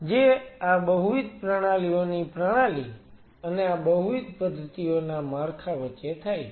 જે આ બહુવિધ પ્રણાલીઓની પ્રણાલી અને આ બહુવિધ પદ્ધતિઓ ના માળખા વચ્ચે થાય છે